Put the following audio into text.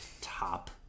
top